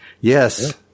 Yes